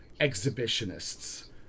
exhibitionists